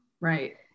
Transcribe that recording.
right